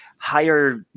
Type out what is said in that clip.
higher